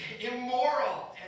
immoral